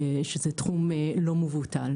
שזה תחום לא מבוטל.